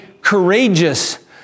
courageous